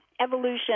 evolution